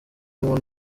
mubona